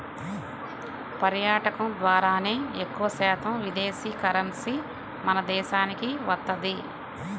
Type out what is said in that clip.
పర్యాటకం ద్వారానే ఎక్కువశాతం విదేశీ కరెన్సీ మన దేశానికి వత్తది